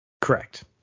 Correct